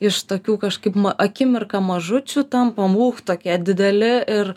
iš tokių kažkaip akimirką mažučių tampam uch tokie dideli ir